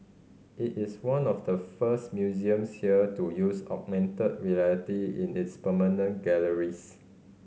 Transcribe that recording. it is one of the first museums here to use augmented reality in its permanent galleries